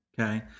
okay